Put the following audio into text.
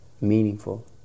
meaningful